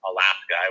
Alaska